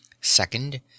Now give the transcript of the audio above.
Second